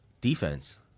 defense